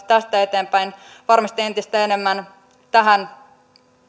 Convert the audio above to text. tästä eteenpäin varmasti entistä enemmän tähän